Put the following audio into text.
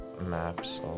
maps